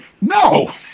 no